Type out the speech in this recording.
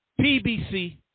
PBC